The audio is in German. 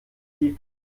gibt